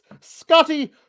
Scotty